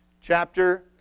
Chapter